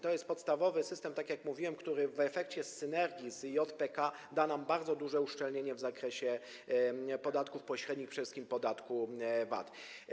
To jest podstawowy system, tak jak mówiłem, który w efekcie synergii z JPK da nam bardzo duże uszczelnienie w zakresie podatków pośrednich, przede wszystkim podatku VAT.